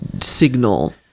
signal